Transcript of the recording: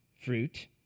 fruit